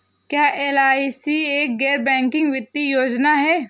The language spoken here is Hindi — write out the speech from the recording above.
क्या एल.आई.सी एक गैर बैंकिंग वित्तीय योजना है?